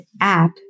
app